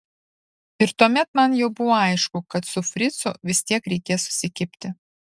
ir tuomet man jau buvo aišku kad su fricu vis tiek reikės susikibti